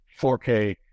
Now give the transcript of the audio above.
4k